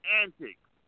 antics